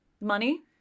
money